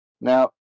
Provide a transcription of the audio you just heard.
Now